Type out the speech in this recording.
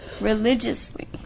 religiously